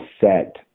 set